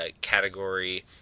category